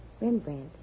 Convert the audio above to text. Rembrandt